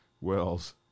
wells